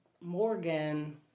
Morgan